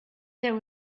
there